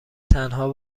تنها